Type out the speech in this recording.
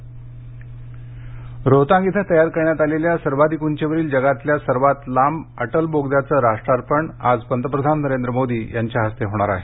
अटल बोगदा रोहतांग इथं तयार करण्यात आलेल्या सर्वाधिक उंचीवरील जगातल्या सर्वात लांब अटल बोगद्याचं राष्ट्रार्पण आज पंतप्रधान नरेंद्र मोदींच्या हस्ते होणार आहे